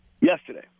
Yesterday